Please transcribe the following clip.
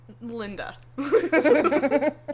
linda